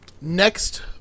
next